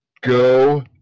go